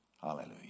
Hallelujah